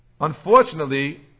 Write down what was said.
unfortunately